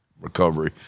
recovery